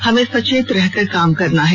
हमें सचेत रहकर काम करना है